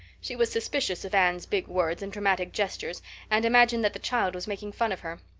she was suspicious of anne's big words and dramatic gestures and imagined that the child was making fun of her.